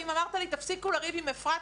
כמה פעמים אמרת לי: תפסיקו לריב עם אפרת,